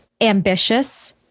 ambitious